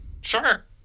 sure